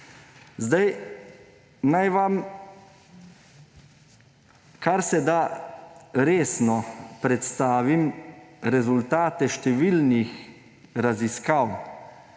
Naj vam karseda resno predstavim rezultate številnih raziskav